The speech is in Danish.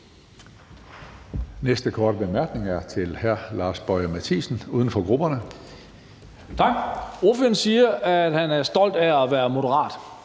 Næste korte bemærkning er til hr. Lars Boje Mathiesen, uden for grupperne.